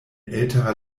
älterer